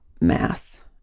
mass